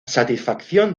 satisfacción